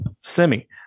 semi